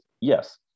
yes